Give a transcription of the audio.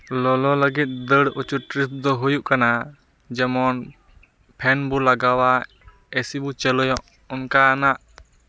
ᱞᱚᱞᱚ ᱞᱟᱹᱜᱤᱫ ᱫᱟᱹᱲ ᱦᱚᱪᱚ ᱴᱨᱤᱥ ᱫᱚ ᱦᱩᱭᱩᱜ ᱠᱟᱱᱟ ᱡᱮᱢᱚᱱ ᱯᱷᱮᱱ ᱵᱚᱱ ᱞᱟᱜᱟᱣᱟ ᱮᱥᱤ ᱵᱚᱱ ᱪᱟᱹᱞᱩᱭᱟ ᱚᱱᱠᱟᱱᱟᱜ